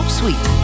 sweet